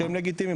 שהם לגיטימיים.